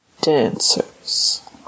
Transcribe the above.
dancers